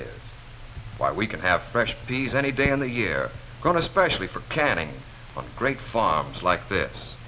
is why we can have fresh peas any day in the year grown especially for canning great farms like th